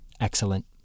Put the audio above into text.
Excellent